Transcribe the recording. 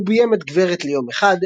הוא ביים את "גברת ליום אחד",